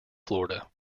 florida